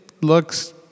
looks